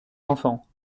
enfants